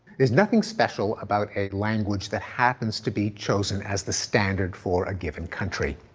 there's nothing special about a language that happens to be chosen as the standard for a given country.